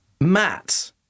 Matt